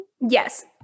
Yes